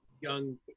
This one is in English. young